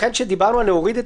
לכן כשדיברנו להוריד,